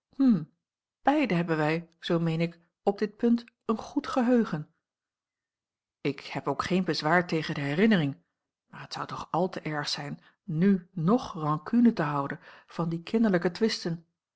beiden hebben wij zoo ik meen op dit punt een goed geheugen ik heb ook geen bezwaar tegen de herinnering maar het zou toch al te erg zijn n ng rancune te houden van die kinderlijke twisten